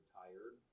tired